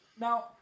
Now